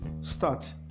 start